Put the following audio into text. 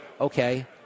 Okay